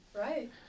Right